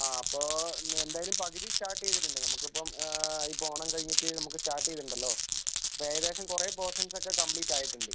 ആ അപ്പോൾ എന്തായാലും പകുതി സ്റ്റാർട്ട് ചെയ്തിട്ടുണ്ട് നമുക്ക് ഇപ്പം ഇപ്പം ഓണം കഴിഞ്ഞിട്ട് നമുക്ക് സ്റ്റാർട്ട് ചെയ്തിട്ടുണ്ടല്ലോ അപ്പം ഏകദേശം കുറേ പോർഷൻസ് ഒക്കെ കംപ്ലീറ്റ് ആയിട്ടുണ്ട്